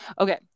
Okay